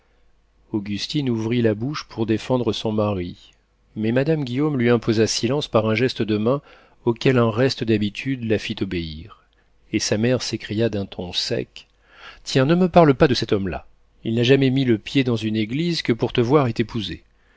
augustine ouvrit la bouche pour défendre son mari mais madame guillaume lui imposa silence par un geste de main auquel un reste d'habitude la fit obéir et sa mère s'écria d'un ton sec tiens ne me parle pas de cet homme-là il n'a jamais mis le pied dans une église que pour te voir et t'épouser